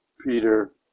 Peter